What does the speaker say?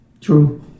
True